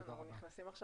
תודה.